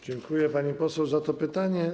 Dziękuję, pani poseł, za to pytanie.